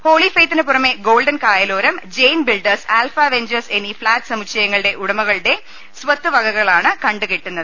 holy ഫെയ്ത്തിനു പുറമെ golden Kayaloram Jain builders alpha ventures എന്നീ ഫ്ളാറ്റ് സമുച്ചയ ങ്ങളുടെ ഉടമകളുടെ സ്വത്ത് വകകളാണ് കണ്ടു കെട്ടുന്നത്